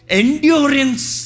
endurance